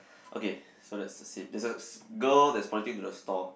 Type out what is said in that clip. okay so that's the same there's a girl that's pointing to the stall